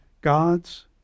God's